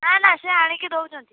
ନା ନା ସେ ଆଣିକି ଦେଉଛନ୍ତି